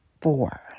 Four